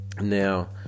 now